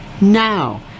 now